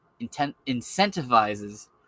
incentivizes